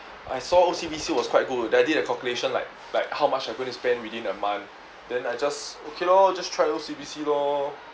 I saw O_C_B_C was quite good then I did the calculation like like how much I'm going to spend within a month then I just okay lor just try O_C_B_C lor